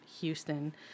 Houston